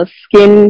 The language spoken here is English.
skin